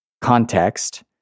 context